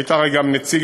היית הרי גם נציג